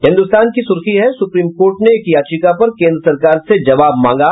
हिन्दुस्तान की सुर्खी है सुप्रीम कोर्ट ने एक याचिका पर केन्द्र सरकार से जवाब मांगा